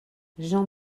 jean